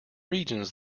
regions